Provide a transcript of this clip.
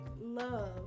love